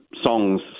songs